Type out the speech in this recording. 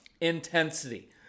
Intensity